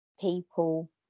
people